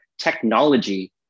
technology